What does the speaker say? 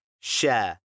share